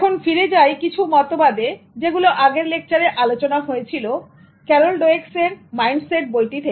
এখন ফিরে যাই কিছু মতবাদে যেগুলো আগের লেকচারে আলোচনা হয়েছিল Carol Dweck's মাইন্ড সেট বই থেকে